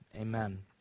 Amen